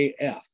af